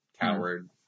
coward